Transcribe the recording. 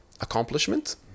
accomplishment